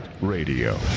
Radio